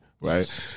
right